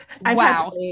Wow